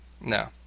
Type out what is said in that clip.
No